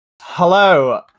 hello